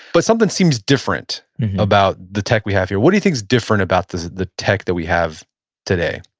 but something seems different about the tech we have here. what do you think is different about the the tech that we have today?